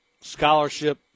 scholarship